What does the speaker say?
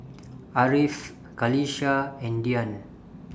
Ariff Qalisha and Dian